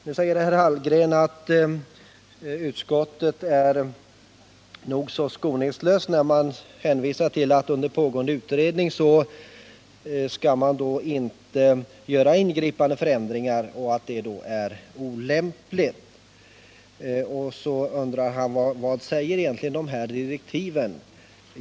Nu säger Karl Hallgren att utskottet är skoningslöst när man hänvisar till att det är olämpligt att göra ingripanden och förändringar under pågående utredningsarbete. Vidare undrar han vad som står i direktiven.